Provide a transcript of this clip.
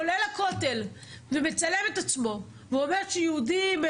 עולה לכותל ומצלם את עצמו ואומר שיהודים,